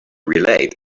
relate